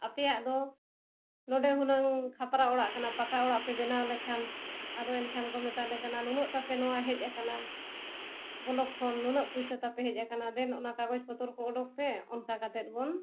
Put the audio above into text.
ᱟᱯᱮᱭᱟᱜ ᱫᱚ ᱱᱚᱰᱮ ᱦᱩᱱᱟᱹᱝ ᱠᱷᱟᱯᱨᱟ ᱚᱲᱟᱜ ᱠᱟᱱᱟ ᱯᱟᱠᱟ ᱚᱲᱟᱜ ᱯᱮ ᱵᱮᱱᱟᱣ ᱞᱮᱠᱷᱟᱱ ᱟᱫᱚ ᱮᱱᱠᱷᱟᱱ ᱠᱚ ᱢᱮᱛᱟᱞᱮ ᱠᱟᱱᱟ ᱱᱩᱱᱟᱹᱜ ᱛᱟᱯᱮ ᱱᱚᱣᱟ ᱦᱮᱡ ᱟᱠᱟᱱᱟ ᱵᱚᱞᱚᱠ ᱠᱷᱚᱱ ᱱᱩᱱᱟᱹᱜ ᱯᱩᱭᱥᱟᱹ ᱛᱟᱯᱮ ᱦᱮᱡ ᱟᱠᱟᱱᱟ ᱫᱮᱱ ᱚᱱᱟ ᱠᱟᱜᱚᱡᱽ ᱯᱚᱛᱚᱨ ᱠᱚ ᱚᱰᱳᱠ ᱯᱮ ᱚᱱᱠᱟ ᱠᱟᱛᱮᱫ ᱵᱚᱱ